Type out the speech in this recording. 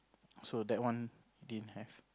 so that one didn't have